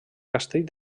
castell